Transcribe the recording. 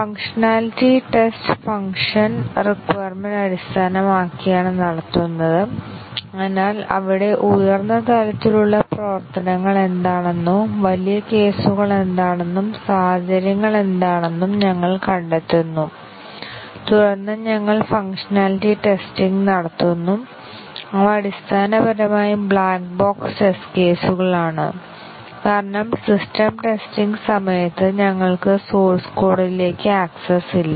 functionality test functional requirement അടിസ്ഥാനമാക്കിയാണ് നടത്തുന്നത് അതിനാൽ അവിടെ ഉയർന്ന തലത്തിലുള്ള പ്രവർത്തനങ്ങൾ എന്താണെന്നോ വലിയ കേസുകൾ എന്താണെന്നും സാഹചര്യങ്ങൾ എന്താണെന്നും ഞങ്ങൾ കണ്ടെത്തുന്നു തുടർന്ന് ഞങ്ങൾ ഫംഗ്ഷനാലിറ്റി ടെസ്റ്റിങ് നടത്തുന്നു അവ അടിസ്ഥാനപരമായി ബ്ലാക്ക് ബോക്സ് ടെസ്റ്റ് കേസുകളാണ് കാരണം സിസ്റ്റം ടെസ്റ്റിംഗ് സമയത്ത് ഞങ്ങൾക്ക് സോഴ്സ് കോഡിലേക്ക് ആക്സസ് ഇല്ല